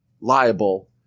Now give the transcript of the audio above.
liable